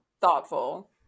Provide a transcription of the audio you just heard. thoughtful